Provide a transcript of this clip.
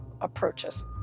approaches